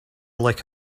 like